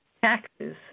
taxes